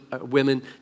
women